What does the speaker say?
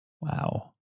wow